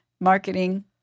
marketing